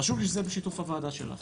חשוב לי שזה יהיה בשיתוף הוועדה שלך,